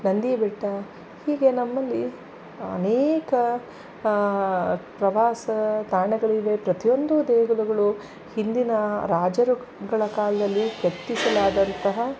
ನಂದಿ ಬೆಟ್ಟ ಹೀಗೆ ನಮ್ಮಲ್ಲಿ ಅನೇಕ ಪ್ರವಾಸ ತಾಣಗಳಿವೆ ಪ್ರತಿಯೊಂದು ದೇಗುಲಗಳು ಹಿಂದಿನ ರಾಜರುಗಳ ಕಾಲದಲ್ಲಿ ಕಟ್ಟಿಸಲಾದಂತಹ